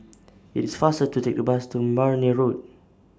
IT IS faster to Take The Bus to Marne Road